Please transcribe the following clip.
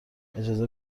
اجازه